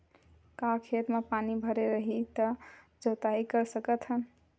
का खेत म पानी भरे रही त जोताई कर सकत हन?